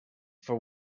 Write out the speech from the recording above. for